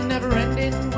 Never-ending